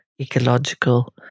ecological